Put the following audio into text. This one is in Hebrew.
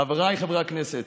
חבריי חברי הכנסת,